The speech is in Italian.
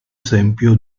esempio